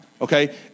okay